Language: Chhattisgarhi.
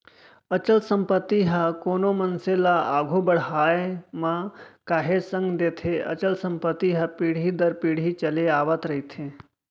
अचल संपत्ति ह कोनो मनसे ल आघू बड़हाय म काहेच संग देथे अचल संपत्ति ह पीढ़ी दर पीढ़ी चले आवत रहिथे